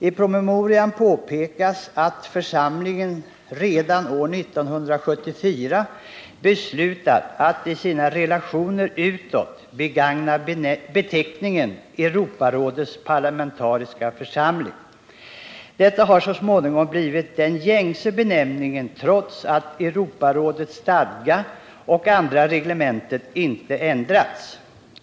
I promemorian påpekas att församlingen redan år 1974 beslutat att i sina relationer utåt begagna beteckningen Europarådets parlamentariska församling. Detta har så småningom blivit den gängse benämningen trots att Europarådets stadga och andra reglementen inte ändrats.